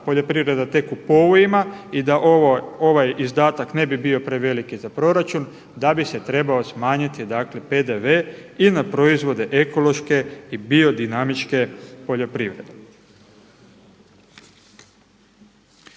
poljoprivreda tek u povojima i da ovaj izdatak ne bi bio preveliki za proračun da bi se trebao smanjiti PDV i na proizvode ekološke i biodinamičke poljoprivrede.